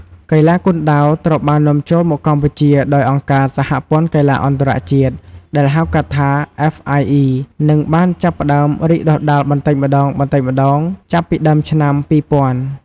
កីឡាគុនដាវត្រូវបាននាំចូលមកកម្ពុជាដោយអង្គការសហព័ន្ធកីឡាអន្តរជាតិ ដែលហៅកាត់ថា អ្វេស អាយ អុី និងបានចាប់ផ្តើមរីកដុះដាលបន្តិចម្តងៗចាប់តាំងពីដើមឆ្នាំ ២០០០។